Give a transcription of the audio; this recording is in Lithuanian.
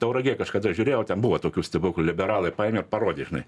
tauragėj kažkada žiūrėjau ten buvo tokių stebuklų liberalai paėmė parodė žinai